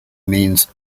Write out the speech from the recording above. means